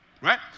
right